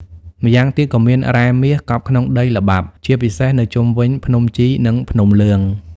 ម្យ៉ាងទៀតក៏មាន រ៉ែមាស កប់ក្នុងដីល្បាប់ ជាពិសេសនៅជុំវិញភ្នំជី និងភ្នំលឿង។